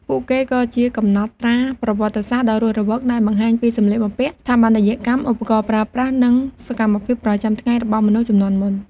ពួកគេក៏ជាកំណត់ត្រាប្រវត្តិសាស្ត្រដ៏រស់រវើក ដែលបង្ហាញពីសម្លៀកបំពាក់ ស្ថាបត្យកម្ម ឧបករណ៍ប្រើប្រាស់ និងសកម្មភាពប្រចាំថ្ងៃរបស់មនុស្សជំនាន់មុន។